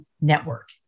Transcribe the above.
network